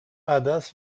عدس